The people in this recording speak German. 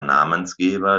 namensgeber